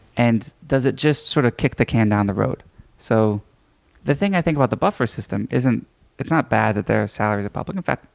and does it just sort of kick the can down the road? and so the thing i think about the buffer system isn't it's not bad that their salaries are public. in fact,